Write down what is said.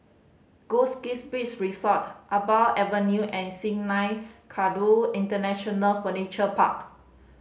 Goldkist Beach Resort Iqbal Avenue and Sungei Kadut International Furniture Park